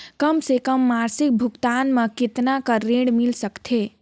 कम से कम मासिक भुगतान मे कतना कर ऋण मिल सकथे?